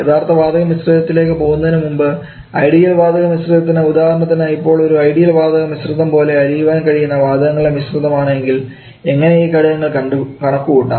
യഥാർത്ഥ വാതക മിശ്രിതതിലേക്ക് പോകുന്നതിനു മുൻപ് ഐഡിയൽ വാതക മിശ്രിതത്തിന് ഉദാഹരണത്തിന് ഇപ്പോൾ ഒരു ഐഡിയൽ വാതക മിശ്രിതം പോലെ അലിയുവാൻ കഴിയുന്ന വാതകങ്ങളുടെ മിശ്രിതമാണ് എങ്കിൽ എങ്ങനെ ഈ ഘടകങ്ങൾ കണക്കുകൂട്ടാം